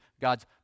God's